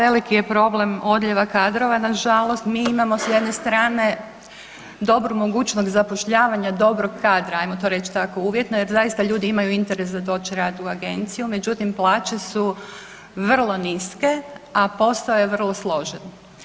Da, veliki je problem odljeva kadrova, nažalost, mi imamo s jedne strane dobru mogućnost zapošljavanja dobrog kadra, ajmo to reći, tako uvjetno jer zaista ljudi imaju interes za doć raditi u agenciju međutim plaće su vrlo niske, a posao je vrlo složen.